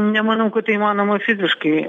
nemanau kad tai įmanoma fiziškai